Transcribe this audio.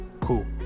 cool